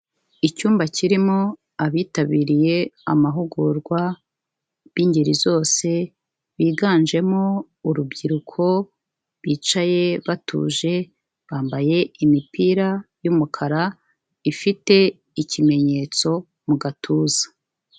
Icyumba kirimo abitabiriye amahugurwa b'ingeri zose, biganjemo urubyiruko, bicaye batuje, bambaye imipira y'umukara ifite ikimenyetso mu gatuza.